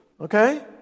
okay